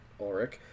Ulrich